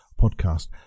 podcast